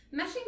meshing